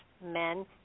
men